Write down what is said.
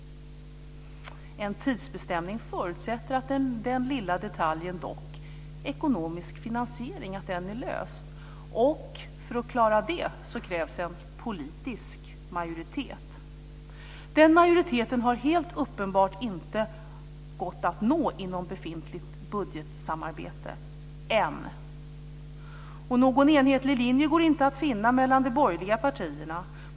En tidsbestämning förutsätter att den lilla detaljen ekonomisk finansiering dock är löst. För att klara det krävs en politisk majoritet. Den majoriteten har helt uppenbart inte gått att nå inom befintligt budgetsamarbete - än. Någon enhetlig linje går inte att finna mellan de borgerliga partierna.